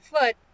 foot